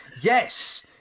Yes